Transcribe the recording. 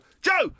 Joe